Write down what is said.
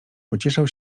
pocieszał